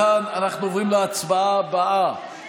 מכאן אנחנו עוברים להצבעה הבאה